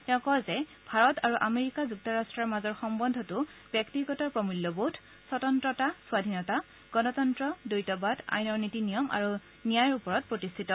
তেওঁ কয় যে ভাৰত আৰু আমেৰিকা যুক্তৰাট্টৰ মাজৰ সম্বন্ধটো ব্যক্তিগত প্ৰমূল্যবোধ স্বতন্ত্ৰতা স্বাধীনতা গণতন্ত্ৰ দ্বৈতবাদ আইনৰ নীতি নিয়ম আৰু ন্যায়ৰ ওপৰত প্ৰতিষ্ঠিত